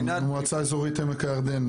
אני מהמועצה האזורית עמק הירדן,